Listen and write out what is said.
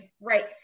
Right